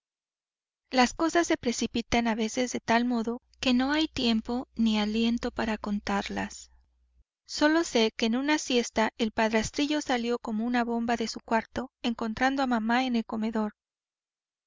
las cosas se precipitan a veces de tal modo que no hay tiempo ni aliento para contarlas sólo sé que una siesta el padrastrillo salió como una bomba de su cuarto encontrando a mamá en el comedor